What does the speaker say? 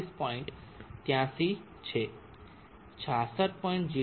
83 છે 66